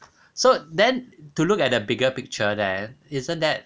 so then to look at the bigger picture then isn't that